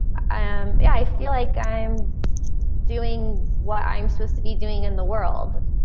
um yeah i feel like i'm doing what, i'm supposed to be doing in the world.